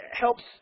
helps